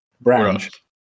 branch